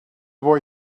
boy